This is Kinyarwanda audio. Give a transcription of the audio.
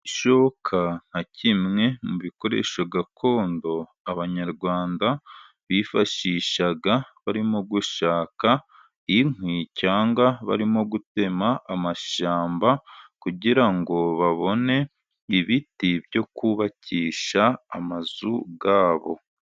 Ishoka nka kimwe mu bikoresho gakondo, abanyarwanda bifashishaga barimo gushaka inkwi, cyangwa barimo gutema amashyamba, kugira ngo babone ibiti byo kubakisha amazu yabo.